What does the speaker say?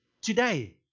today